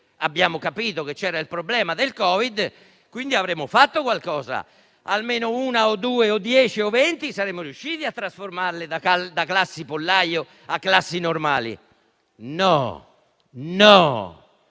avremo capito che c'è il problema del Covid-19? Avremo pur fatto qualcosa? Almeno una o due o dieci o venti saremo riusciti a trasformarle da classi pollaio in classi normali? No. Ce